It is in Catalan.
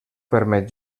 permet